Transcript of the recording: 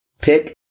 pick